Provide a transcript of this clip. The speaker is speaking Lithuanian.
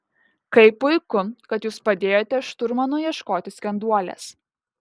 kaip puiku kad jūs padėjote šturmanui ieškoti skenduolės